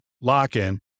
lock-in